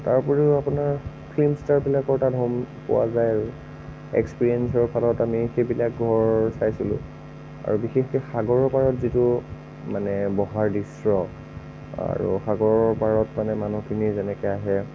তাৰ উপৰিও আপোনাৰ ফিল্ম ষ্টাৰবিলাকৰ পোৱা যায় আৰু এক্সপিৰিয়েন্সৰ ফলত আমি সেইবিলাক ধৰ চাইছিলোঁ আৰু বিশেষকৈ সাগৰৰ পাৰত যিটো মানে বহাৰ দৃশ্য আৰু সাগৰৰ পাৰত মানে মানুহখিনি যেনেকৈ আহে